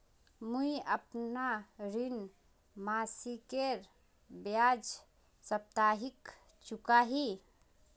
मुईअपना ऋण मासिकेर बजाय साप्ताहिक चुका ही